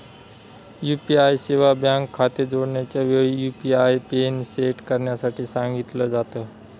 UPI सेवा bank खाते जोडण्याच्या वेळी, यु.पी.आय पिन सेट करण्यासाठी सांगितल जात